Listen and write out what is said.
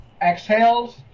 exhales